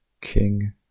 King